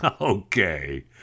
Okay